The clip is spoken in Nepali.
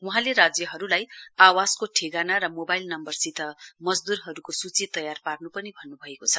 वहाँले राज्यहरूलाई आवासको ठेगाना र मोबाइल नम्बरसित मजदूरहरूको सूची तयार पार्नु पनि भन्न्भएको छ